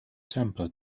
temper